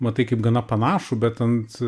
matai kaip gana panašų bet ant